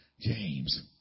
James